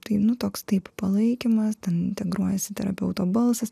tai nu toks taip palaikymas ten integruojasi terapeuto balsas